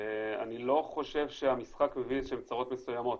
לא חושב שהמשחק מביא צרות מסוימות,